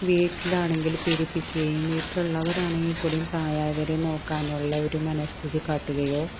വീട്ടിൽ ആണെങ്കിൽ പീഡിപ്പിക്കുകയും വീട്ടിലുള്ളവരാണെങ്കിൽ കൂടിയും പ്രായം ആയവരെ നോക്കാനുള്ള ഒരു മനസ്ഥിതി കാട്ടുകയോ